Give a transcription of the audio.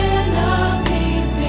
enemies